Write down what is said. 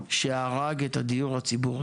שהרג את הדיור הציבורי,